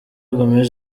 gomez